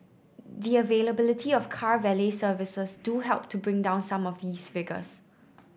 the availability of car valet services do help to bring down some of these figures